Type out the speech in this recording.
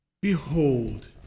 Behold